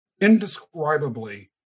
indescribably